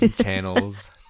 channels